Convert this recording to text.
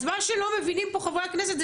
אז מה שלא מבינים פה חברי הכנסת,